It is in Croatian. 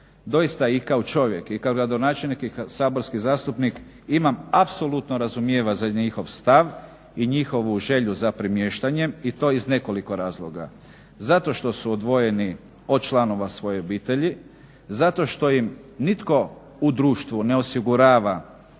Doista i kao čovjek i kao gradonačelnik i saborski zastupnik imam apsolutno razumijevanje za njihov stav i njihovu želju za premještanjem i to iz nekoliko razloga. Zato što su odvojeni od članova svojih obitelji, zato što im nitko u društvu ne osigurava